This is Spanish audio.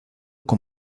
con